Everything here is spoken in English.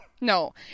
No